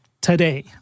today